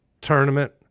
tournament